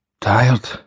Tired